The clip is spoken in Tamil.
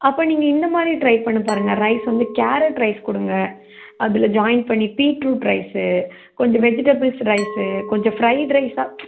அப்போ நீங்கள் இந்தமாதிரி ட்ரை பண்ணி பாருங்கள் ரைஸ் வந்து கேரட் ரைஸ் கொடுங்க அதில் ஜாயின் பண்ணி பீட்ரூட் ரைஸ்ஸு கொஞ்சம் வெஜிடபிள்ஸ் ரைஸ்ஸு கொஞ்சம் ஃப்ரைட் ரைஸ்ஸாக